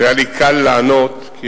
שהיה לי קל לענות עליה,